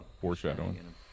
foreshadowing